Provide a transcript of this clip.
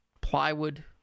plywood